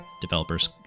developers